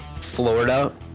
Florida